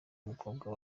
umukobwa